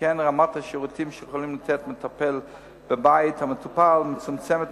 שכן רמת השירותים שיכול לתת מטפל בבית המטופל מצומצמת